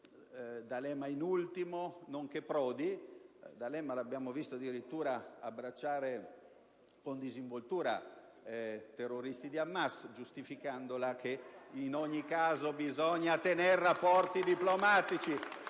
D'Alema, nonché a Prodi; D'Alema lo abbiamo visto addirittura abbracciare con disinvoltura terroristi di Hamas, con la giustificazione che in ogni caso bisogna tenere rapporti diplomatici.